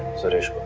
suresh